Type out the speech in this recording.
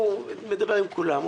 הוא מדבר עם כולם,